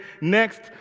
next